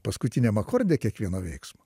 paskutiniam akorde kiekvieno veiksmo